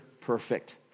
perfect